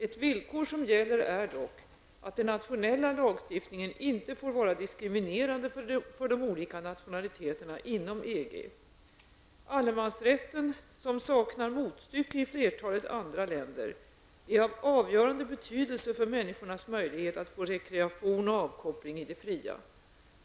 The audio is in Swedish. Ett villkor som gäller är dock att den nationella lagstiftningen inte får vara diskriminerande för de olika nationaliteterna inom Allemansrätten, som saknar motstycke i flertalet andra länder, är av avgörande betydelse för människornas möjlighet att få rekreation och avkoppling i det fria.